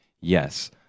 yes